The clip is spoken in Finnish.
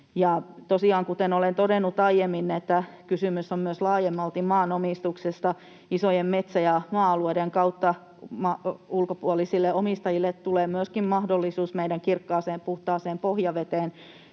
kuten olen todennut aiemmin, kysymys on myös laajemmalti maanomistuksesta. Isojen metsä- ja maa-alueiden kautta ulkopuolisille omistajille tulee myöskin mahdollisuus meidän kirkkaaseen puhtaaseen pohjaveteen,